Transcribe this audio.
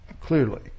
clearly